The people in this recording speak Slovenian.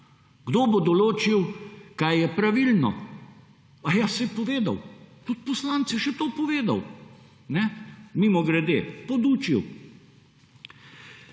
Kdo bo določil, kaj je pravilno? Aja, saj je povedal. Tudi poslanec je še to povedal, mimogrede podučil.